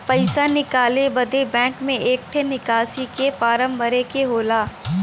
पइसा निकाले बदे बैंक मे एक ठे निकासी के फारम भरे के होला